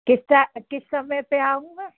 कितना किस समय पे आऊँ मैं